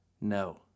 No